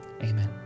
Amen